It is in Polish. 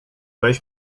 weź